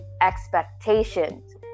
expectations